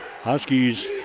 Huskies